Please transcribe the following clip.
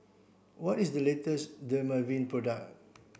what is the latest Dermaveen product